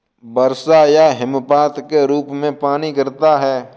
वर्षा या हिमपात के रूप में पानी गिरता है